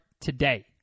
today